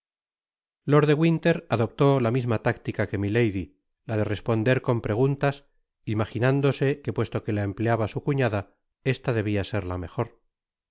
lord de winter adoptó la misma táctica que milady la de responder con preguntas imajinándose que puesto que la empleaba su cuñada esta debia ser la mejor